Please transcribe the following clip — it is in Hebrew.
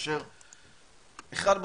כאשר אחת,